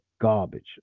garbage